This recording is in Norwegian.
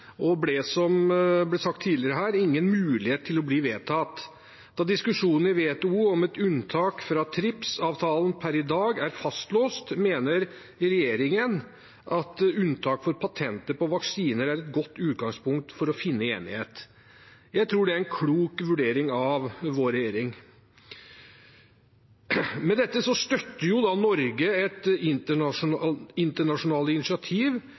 og hadde, som det er sagt tidligere her, ingen mulighet til å bli vedtatt. Da diskusjonen i WTO om et unntak fra TRIPS-avtalen per i dag er fastlåst, mener regjeringen at unntak for patenter på vaksiner er et godt utgangspunkt for å finne enighet. Jeg tror det er en klok vurdering av vår regjering. Med dette støtter